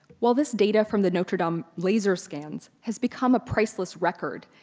while this data from the notre-dame laser scans has become a priceless record,